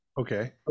Okay